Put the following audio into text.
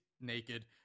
naked